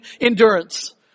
endurance